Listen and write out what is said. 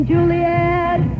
Juliet